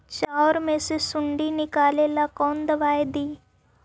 चाउर में से सुंडी निकले ला कौन दवाई दी?